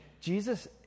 Jesus